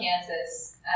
Kansas